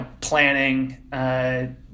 planning